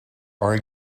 are